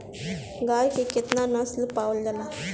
गाय के केतना नस्ल पावल जाला?